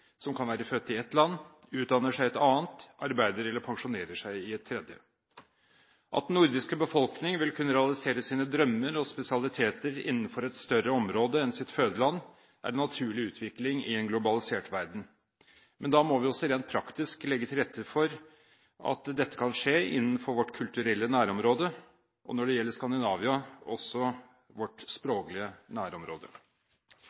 som kan være født i et land, utdanner seg i et annet, og arbeider eller pensjonerer seg i et tredje. At den nordiske befolkningen vil kunne realisere sine drømmer og spesialiteter innenfor et større område enn sitt fødeland, er en naturlig utvikling i en globalisert verden. Da må vi også rent praktisk legge til rette for at dette kan skje innenfor vårt kulturelle nærområde – og når det gjelder Skandinavia, også vårt